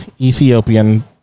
Ethiopian